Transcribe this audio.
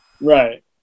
Right